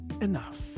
enough